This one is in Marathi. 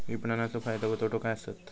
विपणाचो फायदो व तोटो काय आसत?